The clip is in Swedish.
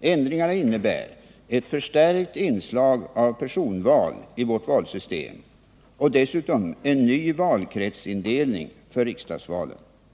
Ändringarna innebär ett förstärkt inslag av personval i vårt valsystem och dessutom en ny valkretsindelning för riksdagsvalen.